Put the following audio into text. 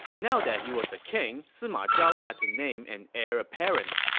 now that he was a king, sima zhao got to name an heir apparent.